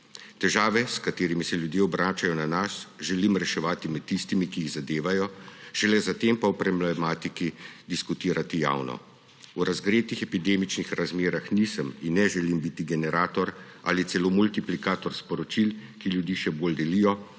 Težave, s katerimi se ljudje obračajo na nas, želim reševati med tistimi, ki jih zadevajo, šele zatem pa o problematiki diskutirati javno. V razgretih epidemičnih razmerah nisem in ne želim biti generator ali celo multiplikator sporočil, ki ljudi še bolj delijo,